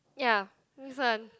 ya this one